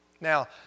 Now